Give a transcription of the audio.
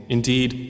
Indeed